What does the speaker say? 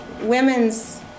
women's